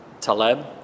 Taleb